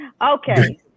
Okay